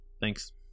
thanks